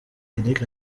kendrick